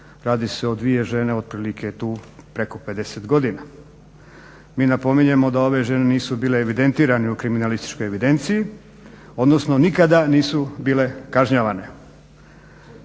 radi se o dvije žene otprilike tu preko 50 godina. Mi napominjemo da ove žene nisu bile evidentirane u kriminalističkoj evidenciji, odnosno nikada nisu bile kažnjavanje.